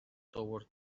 toward